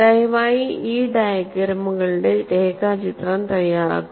ദയവായി ഈ ഡയഗ്രമുകളുടെ രേഖാചിത്രം തയ്യാറാക്കുക